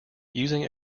using